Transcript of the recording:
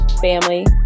family